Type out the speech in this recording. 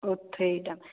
ਓਥੇ ਦ